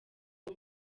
w’u